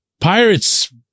Pirates